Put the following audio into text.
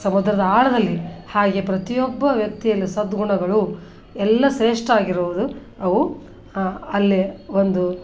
ಸಮುದ್ರದ ಆಳದಲ್ಲಿ ಹಾಗೇ ಪ್ರತಿಯೊಬ್ಬ ವ್ಯಕ್ತಿಯಲ್ಲೂ ಸದ್ಗುಣಗಳು ಎಲ್ಲ ಶ್ರೇಷ್ಠ ಆಗಿರ್ಬೋದು ಅವು ಅಲ್ಲಿಯೇ ಒಂದು